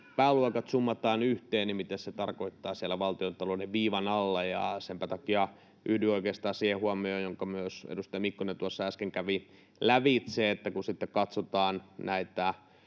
pääluokat summataan yhteen, niin mitä se tarkoittaa siellä valtiontalouden viivan alla. Senpä takia yhdyn oikeastaan siihen huomioon, jonka myös edustaja Mikkonen tuossa äsken kävi lävitse, että kun sitten katsotaan